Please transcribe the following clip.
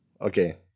Okay